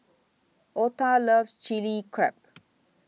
Ota loves Chili Crab